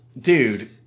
Dude